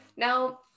Now